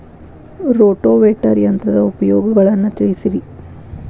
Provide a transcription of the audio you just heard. rotavator ಯಂತ್ರದ ಉಪಯೋಗಗಳನ್ನ ತಿಳಿಸಿರಿ